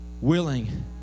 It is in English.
willing